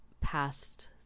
past